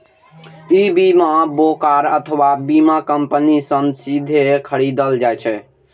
ई बीमा ब्रोकर अथवा बीमा कंपनी सं सीधे खरीदल जा सकैए